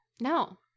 No